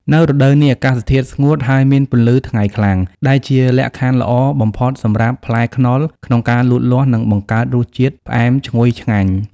នៅរដូវនេះ អាកាសធាតុស្ងួត ហើយមានពន្លឺថ្ងៃខ្លាំង ដែលជាលក្ខខណ្ឌល្អបំផុតសម្រាប់ផ្លែខ្នុរក្នុងការលូតលាស់ និងបង្កើតរសជាតិផ្អែមឈ្ងុយឆ្ងាញ់។